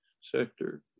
sector